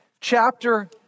Chapter